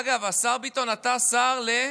אגב, השר ביטון, אתה השר ל-